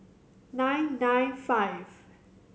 nine nine five